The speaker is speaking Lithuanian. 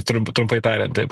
trump trumpai tariant taip